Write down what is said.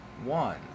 One